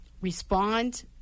Respond